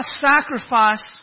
sacrifice